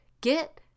Get